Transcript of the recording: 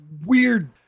weird